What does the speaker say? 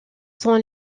sont